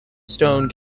stone